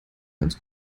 ganz